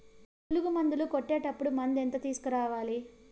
పులుగు మందులు కొట్టేటప్పుడు మందు ఎంత తీసుకురావాలి?